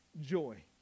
joy